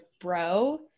bro